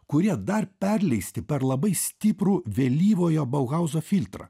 kurie dar perleisti per labai stiprų vėlyvojo bauhauso filtrą